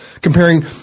comparing